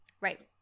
right